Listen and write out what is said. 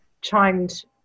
chimed